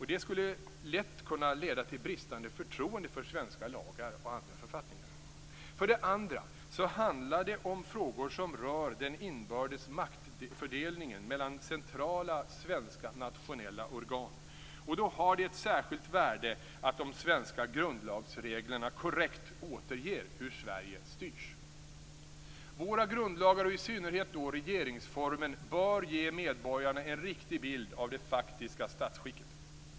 Detta skulle lätt kunna leda till bristande förtroende för svenska lagar och andra författningar. För det andra handlar det om frågor som rör den inbördes maktfördelningen mellan centrala svenska nationella organ, och då har det ett särskilt värde att de svenska grundlagsreglerna korrekt återger hur Sverige styrs. Våra grundlagar, och i synnerhet då regeringsformen, bör ge medborgarna en riktig bild av det faktiska statsskicket.